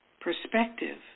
Perspective